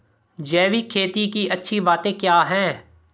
जैविक खेती की अच्छी बातें क्या हैं?